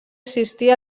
assistir